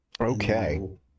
okay